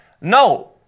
No